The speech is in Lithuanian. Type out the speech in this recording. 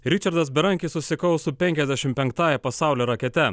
ričardas berankis susikaus su penkiasdešimt penktąja pasaulio rakete